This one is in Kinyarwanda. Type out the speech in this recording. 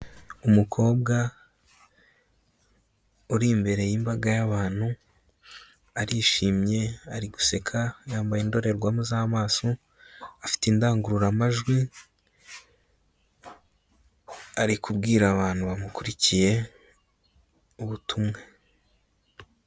Umukobwa uri imbere y'imbaga y'abantu, arishimye, ari guseka, yambaye indorerwamo z'amaso, afite indangururamajwi, ari kubwira abantu bamukurikiye ubutumwa.